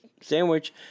sandwich